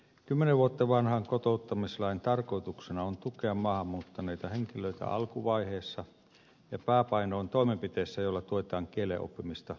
kymmenen vuotta vanhan kotouttamislain tarkoituksena on tukea maahanmuuttaneita henkilöitä alkuvaiheessa ja pääpaino on toimenpiteissä joilla tuetaan kielen oppimista tavoitteena työllistyminen